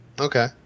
Okay